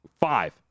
five